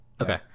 Okay